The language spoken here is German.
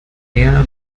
mehr